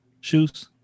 shoes